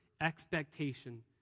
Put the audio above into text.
expectation